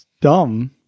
dumb